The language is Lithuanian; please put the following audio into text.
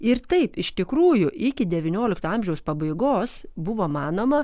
ir taip iš tikrųjų iki devyniolikto amžiaus pabaigos buvo manoma